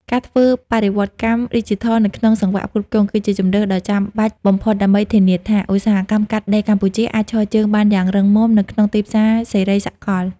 ការធ្វើបរិវត្តកម្មឌីជីថលនៅក្នុងសង្វាក់ផ្គត់ផ្គង់ គឺជាជម្រើសដ៏ចាំបាច់បំផុតដើម្បីធានាថា ឧស្សាហកម្មកាត់ដេរកម្ពុជាអាចឈរជើងបានយ៉ាងរឹងមាំនៅក្នុងទីផ្សារសេរីសកល។